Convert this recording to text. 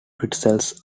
pretzels